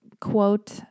quote